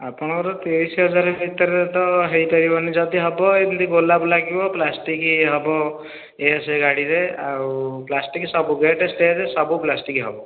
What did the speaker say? ଆପଣ ଙ୍କ ର ତ ତେଇଶି ହଜାର ଭିତରେ ତ ହେଇପାରିବନି ଯଦି ହବ ଏଇ ଗୋଲାପ ଲାଗିବ ପ୍ଲାଷ୍ଟିକ ହବ ଏଇରା ସେଇ ଗାଡ଼ିରେ ଆଉ ପ୍ଲାଷ୍ଟିକ ସବୁ ଗେଟ ଷ୍ଟେଜ ସବୁ ପ୍ଲାଷ୍ଟିକ ହବ